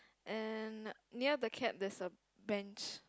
and near the cat there's a bench